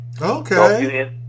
okay